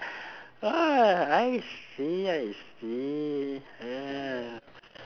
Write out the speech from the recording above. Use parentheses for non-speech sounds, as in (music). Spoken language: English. (breath) ah I see I see ya